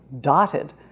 dotted